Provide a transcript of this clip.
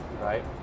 right